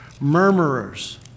murmurers